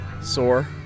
Sore